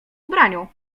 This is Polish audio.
ubraniu